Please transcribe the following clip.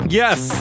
yes